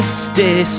stay